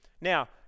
Now